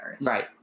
Right